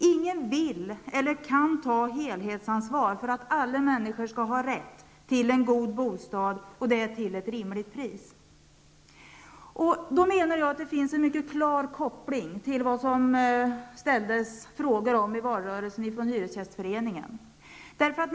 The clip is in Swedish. Ingen vill eller kan ta helhetsansvar för att alla människor skall ha rätt till en god bostad till ett rimligt pris. Det finns här en mycket klar koppling till de frågor Hyresgästföreningen ställde i valrörelsen.